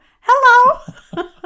hello